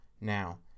Now